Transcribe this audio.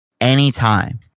anytime